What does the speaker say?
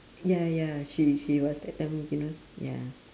ya ya she she was that time you know ya